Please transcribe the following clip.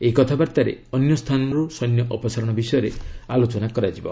ଏହି କଥାବାର୍ତ୍ତାରେ ଅନ୍ୟ ସ୍ଥାନରୁ ସୈନ୍ୟ ଅପସାରଣ ବିଷୟରେ ଆଲୋଚନା କରାଯିବ